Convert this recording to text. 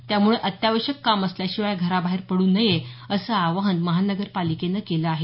त्यामुळे अत्यावश्यक काम असल्याशिवाय घराबाहेर पडू नये असं आवाहन महानगरपालिकेनं केलं आहे